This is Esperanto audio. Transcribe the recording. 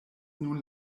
nun